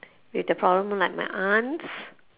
with the problem like my aunt